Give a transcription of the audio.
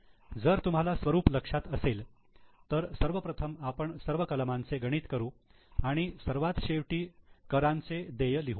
जर तुम्हाला स्वरूप लक्षात असेल तर सर्वप्रथम आपण सर्व कलमांचे गणित करू आणि सर्वात शेवटी करांचे देय लिहू